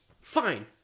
Fine